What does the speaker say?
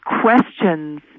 questions